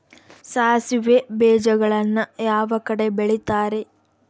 ಸಾಸಿವೆ ಬೇಜಗಳನ್ನ ಯಾವ ಕಡೆ ಬೆಳಿತಾರೆ?